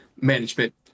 management